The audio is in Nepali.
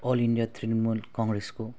all India Trinamool कङ्ग्रेसको